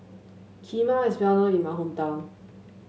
kheema is well known in my hometown